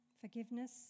Forgiveness